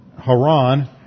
Haran